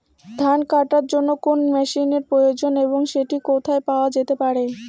ধান কাটার জন্য কোন মেশিনের প্রয়োজন এবং সেটি কোথায় পাওয়া যেতে পারে?